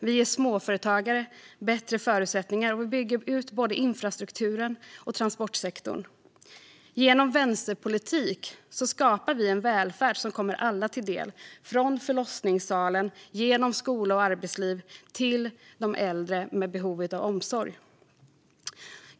Vi ger småföretagare bättre förutsättningar, och vi bygger ut både infrastrukturen och transportsektorn. Genom vänsterpolitik skapar vi en välfärd som kommer alla till del, från förlossningssalen, genom skola och arbetsliv och till de äldre med behov av omsorg.